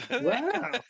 Wow